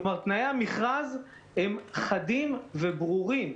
תנאי המכרז הם חדים וברורים,